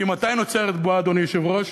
כי מתי נוצרת בועה, אדוני היושב-ראש?